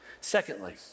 Secondly